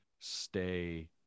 stay